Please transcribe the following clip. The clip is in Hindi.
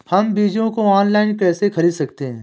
हम बीजों को ऑनलाइन कैसे खरीद सकते हैं?